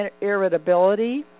irritability